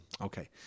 Okay